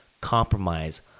compromise